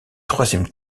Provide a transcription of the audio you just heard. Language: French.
troisième